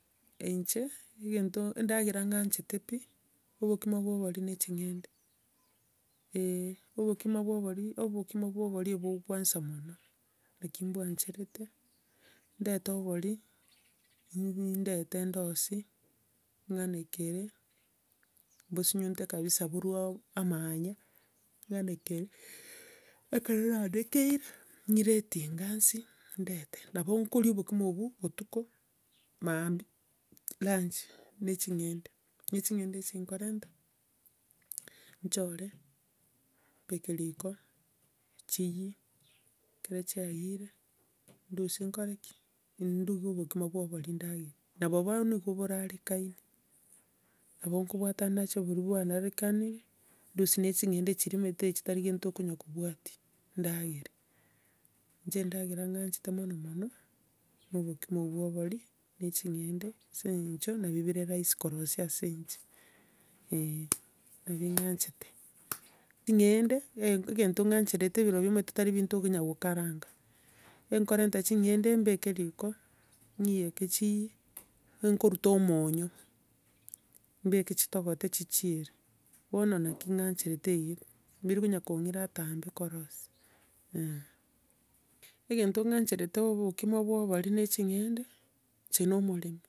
Inche, egento endagera ng'anchete pi, obokimo bwa obori na chingende, eh. Obokima bwa obori, obokimo bwa obori, bogwansa mono, naki mbwoancherete, ndete obori, ndete ndosie, ng'anekere, mbosunyute kabisa borwe amaanya, ng'anekere, ekero naanekeire, ng'ire etinga nsie, ndete. Nabo nkoria obokima obwo, botuko, maambia, lunch na ching'ende. Na ching'ende echi nkorenta, nchore, mbeke riko chiyie, ekero chiayire, ndusie nkore ki? Nduge obokima bwa obori ndagere. Nabo bono iga borarekaine, nabo nkobwata nache boria bwanarekanirie, ndusie na eching'ende chiria, omanyete chitari gento okonya kobwati, ndagere. Inche endagera ng'anchete mono mono, na obokima bwa obori na ching'ende ase eng'encho nabio bire rahisi korosia ase nche eh,. Nabi ng'anchete. Ching'ende, egento ng'ancherete, birobio omanyete tari ebinto okonya kokaranga. E nkorenta ching'ende mbeke riko, ng'iyeke chiyie, nkoruta omonyo, mbeke chitogote chichiere, bono naki ngancherete eiga, mbiri konya kong'ira atambe korosia, eh. Egento ng'ancherete obookima bwa obori na ching'ende, inche na omoremu.